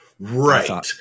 Right